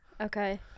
Okay